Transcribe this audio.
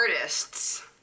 artists